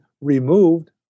removed